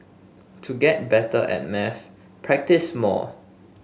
to get better at maths practise more